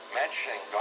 mentioning